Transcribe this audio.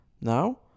Now